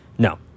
No